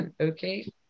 okay